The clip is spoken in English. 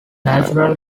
natural